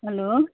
hello